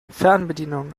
fernbedienung